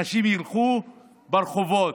אנשים ילכו ברחובות,